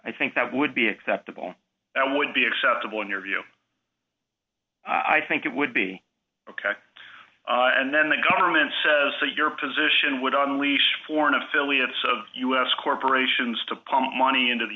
i think that would be acceptable that would be acceptable in your view i think it would be ok and then the government says so your position would unleash foreign affiliates of u s corporations to pump money into the